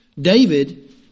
David